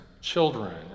children